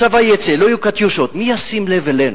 הצבא יצא, לא יהיו "קטיושות", מי ישים לב אלינו?